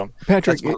Patrick